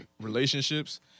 relationships